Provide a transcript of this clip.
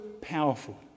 powerful